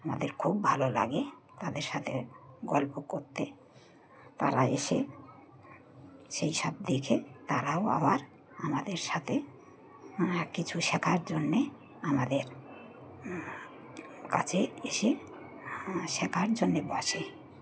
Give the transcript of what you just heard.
আমাদের খুব ভালো লাগে তাদের সাথে গল্প করতে তারা এসে সেই সব দেখে তারাও আবার আমাদের সাথে কিছু শেখার জন্যে আমাদের কাছে এসে শেখার জন্যে বসে